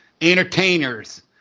entertainers